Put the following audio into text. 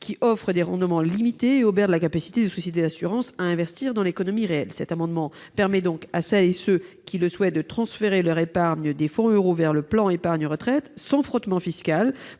qui offrent des rendements limités et obèrent la capacité des sociétés d'assurances à investir dans l'économie réelle. Cet amendement vise donc à permettre à celles et ceux qui le souhaiteront de transférer leur épargne des fonds euro vers un plan d'épargne retraite sans frottement fiscal.